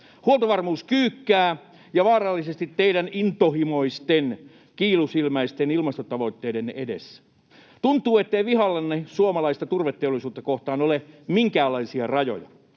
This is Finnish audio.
Huoltovarmuus kyykkää vaarallisesti teidän intohimoisten kiilusilmäisten ilmastotavoitteidenne edessä. Tuntuu, ettei vihallanne suomalaista turveteollisuutta kohtaan ole minkäänlaisia rajoja.